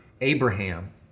Abraham